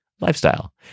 lifestyle